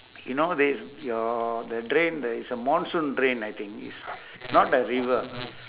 you know there is your the drain there is a monsoon drain I think is not a river